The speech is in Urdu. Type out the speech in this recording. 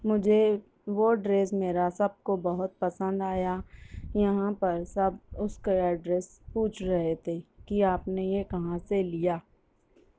مجھے وہ ڈریس میرا سب کو بہت پسند آیا یہاں پر سب اس کے ایڈریس پوچھ رہے تھے کہ آپ نے یہ کہاں سے لیا